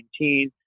2019